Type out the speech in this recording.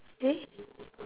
eh